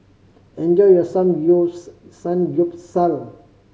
enjoy your Samgyeopsal